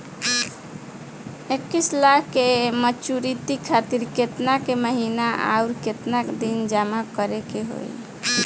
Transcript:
इक्कीस लाख के मचुरिती खातिर केतना के महीना आउरकेतना दिन जमा करे के होई?